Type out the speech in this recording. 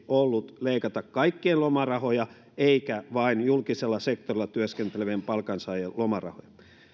ollut leikata kaikkien lomarahoja eikä vain julkisella sektorilla työskentelevien palkansaajien lomarahoja